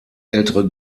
ältere